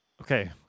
Okay